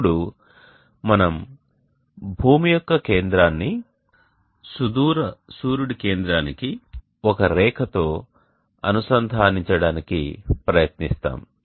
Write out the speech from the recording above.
ఇప్పుడు మనం భూమి యొక్క కేంద్రాన్ని సుదూర సూర్యుడి కేంద్రానికి ఒక రేఖతో అనుసంధానించడానికి ప్రయత్నిస్తాము